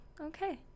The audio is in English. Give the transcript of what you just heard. okay